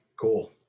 cool